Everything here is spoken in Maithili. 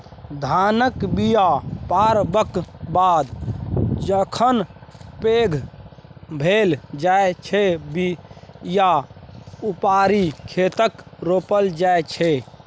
धानक बीया पारबक बाद जखन पैघ भए जाइ छै बीया उपारि खेतमे रोपल जाइ छै